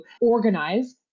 organize